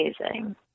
amazing